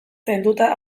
zainduta